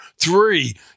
three